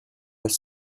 with